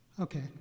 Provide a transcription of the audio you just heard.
okay